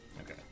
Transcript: Okay